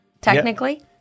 technically